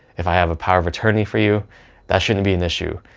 if i have a power of attorney for you that shouldn't be an issue.